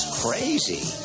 crazy